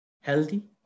healthy